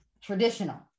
traditional